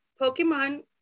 Pokemon